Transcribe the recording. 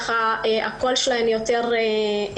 אז הקול שלהן יותר נשמע.